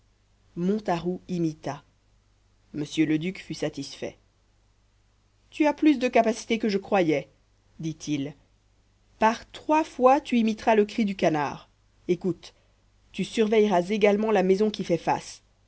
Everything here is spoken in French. montaroux imita m le duc fut satisfait tu as plus de capacité que je croyais dit-il par trois fois tu imiteras le cri du canard écoute tu surveilleras également la maison qui fait face